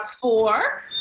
Four